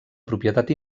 propietat